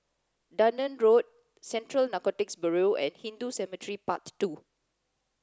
Dunearn Road Central Narcotics Bureau and Hindu Cemetery Path two